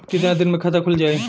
कितना दिन मे खाता खुल जाई?